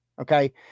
Okay